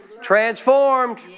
Transformed